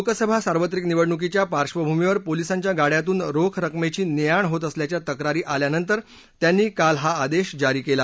लोकसभा सार्वत्रिक निवडणुकीच्या पार्श्वभूमीवर पोलिसांच्या गाड्यांतून रोख रकमेची ने आण होत असल्याच्या तक्रारी आल्यानंतर त्यांनी काल हा आदेश जारी केला